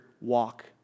walk